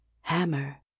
hammer